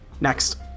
next